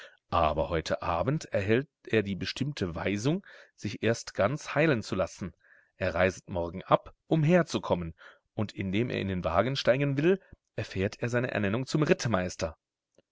aber heute abend erhält er die bestimmte weisung sich erst ganz heilen zu lassen er reiset morgen ab um herzukommen und indem er in den wagen steigen will erfährt er seine ernennung zum rittmeister